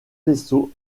vaisseau